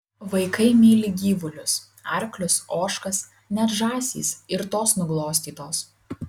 vaikai myli gyvulius arklius ožkas net žąsys ir tos nuglostytos